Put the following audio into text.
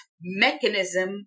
mechanism